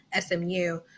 SMU